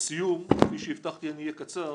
לסיום, כפי שהבטחתי אני אהיה קצר,